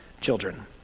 children